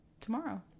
Tomorrow